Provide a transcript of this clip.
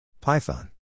Python